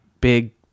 big